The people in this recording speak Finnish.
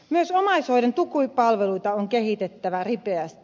myös omaishoidon tukipalveluita on kehitettävä ripeästi